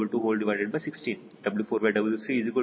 000222216 W4W3e 0